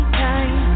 time